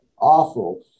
awful